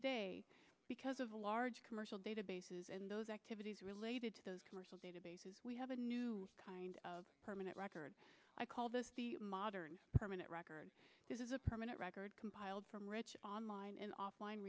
today because of the large commercial databases and those activities related to those commercial databases we have a new kind of permanent record i call this the modern permanent record this is a permanent record compiled from rich online and offline